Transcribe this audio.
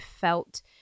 felt